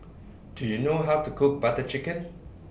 Do YOU know How to Cook Butter Chicken